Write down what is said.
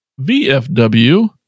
VFW